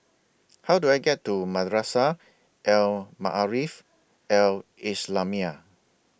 How Do I get to Madrasah Al Maarif Al Islamiah